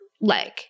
leg